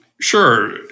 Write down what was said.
Sure